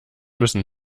müssen